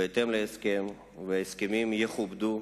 בהתאם להסכם, וההסכמים יכובדו